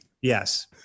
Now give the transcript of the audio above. Yes